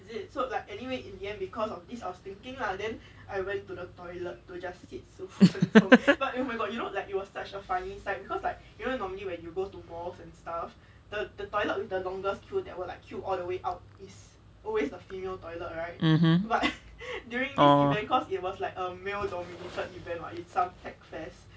(uh huh)